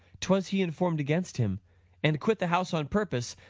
twas he inform'd against him and quit the house on purpose,